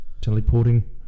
teleporting